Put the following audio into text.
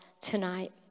tonight